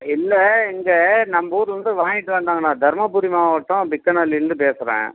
இல்லை இங்கே நம்ம ஊர்லேருந்து வாங்கிட்டு வந்தாங்க நான் தருமபுரி மாவட்டம் பிக்கனாலிலேருந்து பேசுகிறேன்